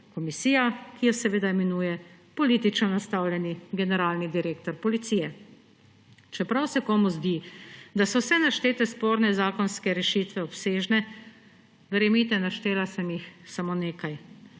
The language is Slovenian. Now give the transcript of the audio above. komisija, ki jo imenuje politično nastavljeni generalni direktor Policije. Čeprav se komu zdi, da so vse naštete sporne zakonske rešitve obsežne, verjemite, naštela sem jih samo nekaj.